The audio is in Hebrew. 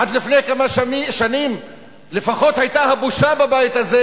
עד לפני כמה שנים לפחות היתה הבושה בבית הזה,